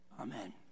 Amen